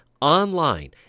online